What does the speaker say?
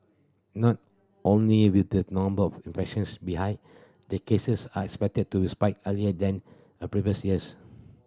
not only with the number of infections be high the cases are expected to spike earlier than a previous years